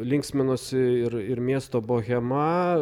linksminosi ir ir miesto bohema